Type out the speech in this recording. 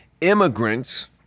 immigrants